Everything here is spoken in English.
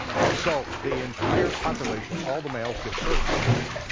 and so the entire population, all the males get circumcised,